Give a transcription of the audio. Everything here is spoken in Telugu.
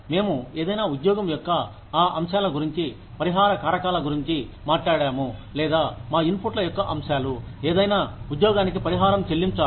మేము ఏదైనా ఉద్యోగం యొక్క ఆ అంశాల గురించి పరిహార కారకాల గురించి మాట్లాడాము లేదా మా ఇన్పుట్ల యొక్క అంశాలు ఏదైనా ఉద్యోగానికి పరిహారం చెల్లించాలి